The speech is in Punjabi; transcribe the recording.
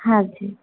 ਹਾਂਜੀ